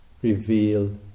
Reveal